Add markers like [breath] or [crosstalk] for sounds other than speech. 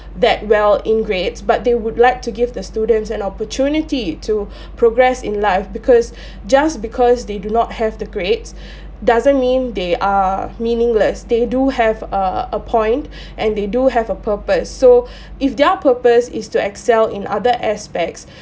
that well in grades but they would like to give the students an opportunity to [breath] progress in life because [breath] just because they do not have the grades [breath] doesn't mean they are meaningless they do have uh a point [breath] and they do have a purpose so [breath] if their purpose is to excel in other aspects